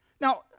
Now